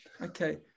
Okay